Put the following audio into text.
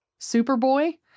Superboy